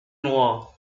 noir